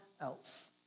else